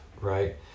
right